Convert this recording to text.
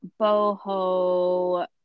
boho